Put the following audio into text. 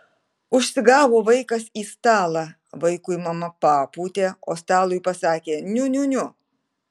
užsigavo vaikas į stalą vaikui mama papūtė o stalui pasakė niu niu niu